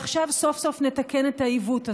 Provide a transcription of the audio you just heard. ועכשיו סוף-סוף נתקן את העיוות הזה.